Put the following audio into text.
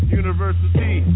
university